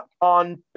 on